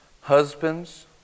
Husbands